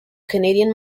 canadian